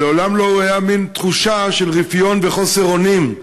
ומעולם לא הייתה מין תחושה של רפיון וחוסר אונים.